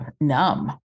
numb